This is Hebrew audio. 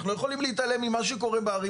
אנחנו לא יכולים להתעלם ממה שקורה בערים